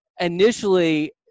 initially